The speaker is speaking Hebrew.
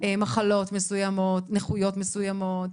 מחלות מסוימות, נכויות מסוימות,